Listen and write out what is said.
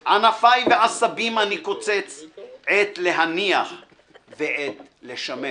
/ ענפיי ועשבים אני קוצץ, / עת להניח ועת לשמר //